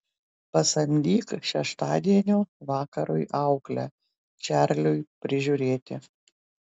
pasamdyk šeštadienio vakarui auklę čarliui prižiūrėti